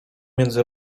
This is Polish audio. między